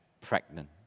pregnant